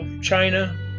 China